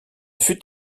fut